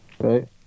Right